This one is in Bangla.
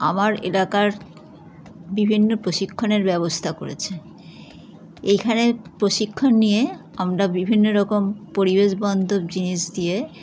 আমার এলাকার বিভিন্ন প্রশিক্ষণের ব্যবস্তা করেছে এখানে প্রশিক্ষণ নিয়ে আমরা বিভিন্ন রকম পরিবেশ বান্দব জিনিস দিয়ে